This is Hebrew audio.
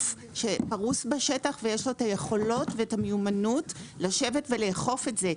הגוף שפרוס בשטח ויש לו את היכולות ואת המיומנות לאכוף את זה,